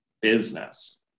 business